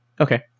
Okay